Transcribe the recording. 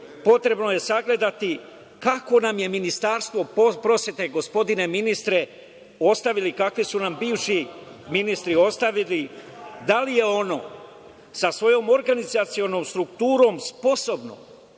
potrebno je sagledati kakvo su nam Ministarstvo prosvete, gospodine ministre ostavili, kakve su nam bivši ministri ostavili, da li je ono sa svojom organizacionom strukturom sposobno